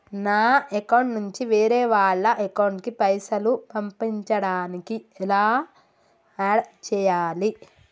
నా అకౌంట్ నుంచి వేరే వాళ్ల అకౌంట్ కి పైసలు పంపించడానికి ఎలా ఆడ్ చేయాలి?